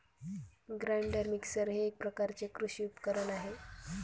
grinder mixer हे एक प्रकारचे कृषी उपकरण आहे